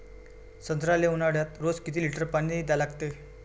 संत्र्याले ऊन्हाळ्यात रोज किती लीटर पानी द्या लागते?